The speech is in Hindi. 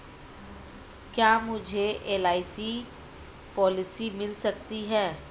क्या मुझे एल.आई.सी पॉलिसी मिल सकती है?